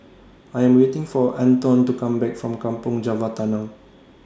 I Am waiting For Antone to Come Back from Kampong Java Tunnel